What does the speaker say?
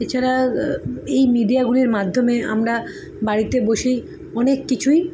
এছাড়াও এই মিডিয়াগুলোর মাধ্যমে আমরা বাড়িতে বসেই অনেক কিছুই